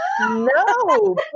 no